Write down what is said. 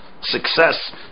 success